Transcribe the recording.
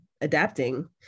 adapting